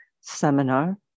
seminar